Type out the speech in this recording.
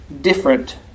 different